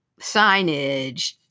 signage